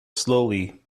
slowly